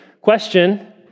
question